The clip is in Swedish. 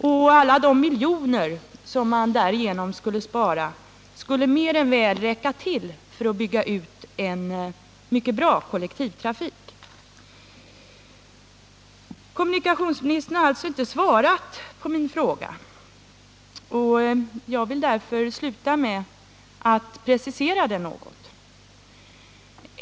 Och alla de miljoner som man därigenom skulle spara skulle mer än väl räcka till för att bygga ut en mycket bra kollektivtrafik. Kommunikationsministern har alltså inte svarat på min fråga, och jag vill därför sluta med att precisera den något.